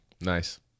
Nice